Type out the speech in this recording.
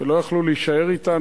ולא היו יכולים להישאר אתנו.